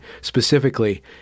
specifically